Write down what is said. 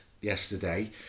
yesterday